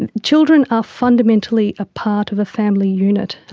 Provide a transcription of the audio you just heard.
and children are fundamentally a part of a family unit,